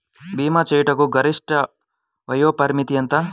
భీమా చేయుటకు గరిష్ట వయోపరిమితి ఎంత?